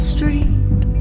Street